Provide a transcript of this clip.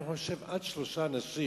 אני חושב שעד שלושה אנשים